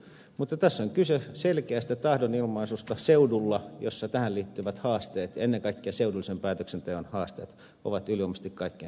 mutta tässä on kyse selkeästä tahdonilmaisusta seudulla missä tähän liittyvät haasteet ja ennen kaikkea seudullisen päätöksenteon haasteet ovat ylivoimaisesti kaikkein suurimpia